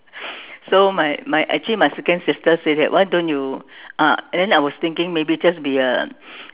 so my my actually my second sister say that why don't you uh and then I was thinking maybe just be a